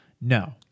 No